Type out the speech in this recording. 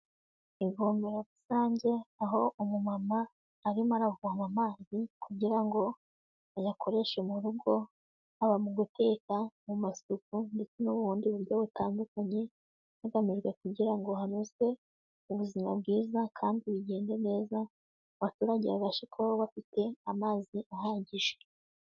Ivomero rusange aho umumama arimo aravoma amazi kugira ngo ayakoreshe mu rugo, haba mu guteka, mu masuku, ndetse n'ubundi buryo butandukanye, hagamijwe kugira ngo hanozwe ubuzima bwiza, kandi bigende neza abaturage babashe kubaho bafite amazi ahagije.